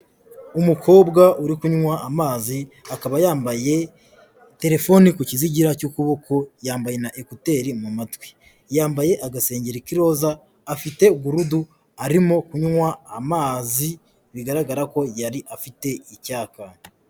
Umukobwa uri kunywa amazi, akaba yambaye telefone ku kizigira cy'ukuboko, yambaye na ekuteri mu matwi. Yambaye agasengenge k'iroza, afite gurudu arimo kunywa amazi, bigaragara ko yari afite icyaka.